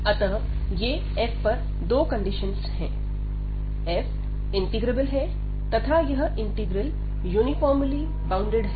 अतः ये f पर दो कंडीशनस है f इंटीग्रेबल है तथा यह इंटीग्रल यूनिफॉर्मली बाउंडेड है